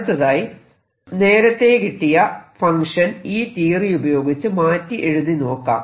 അടുത്തതായി നേരത്തെ കിട്ടിയ ഫങ്ക്ഷൻ ഈ തിയറി ഉപയോഗിച്ച് മാറ്റി എഴുതി നോക്കാം